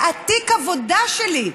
זה תיק העבודה שלי.